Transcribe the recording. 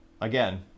again